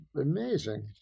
amazing